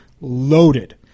loaded